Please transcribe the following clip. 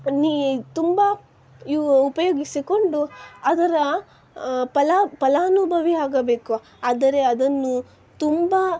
ನೀ ತುಂಬ ಯೂ ಉಪಯೋಗಿಸಿಕೊಂಡು ಅದರ ಪಲಾ ಫಲಾನುಭವಿಯಾಗಬೇಕು ಆದರೆ ಅದನ್ನು ತುಂಬ